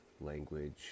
language